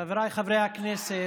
חבריי חברי הכנסת,